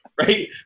right